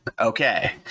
okay